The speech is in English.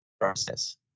process